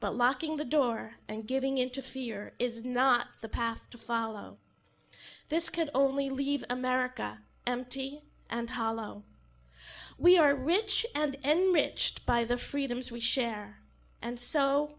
but locking the door and giving into fear is not the path to follow this can only leave america empty and hollow we are rich and enbridge by the freedoms we share and so